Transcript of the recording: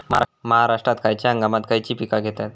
महाराष्ट्रात खयच्या हंगामांत खयची पीका घेतत?